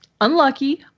Unlucky